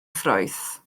ffrwyth